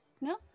No